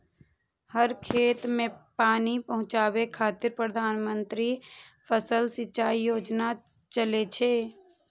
हर खेत कें पानि पहुंचाबै खातिर प्रधानमंत्री फसल सिंचाइ योजना चलै छै